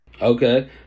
Okay